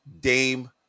Dame